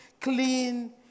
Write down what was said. clean